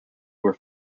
were